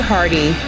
Hardy